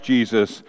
Jesus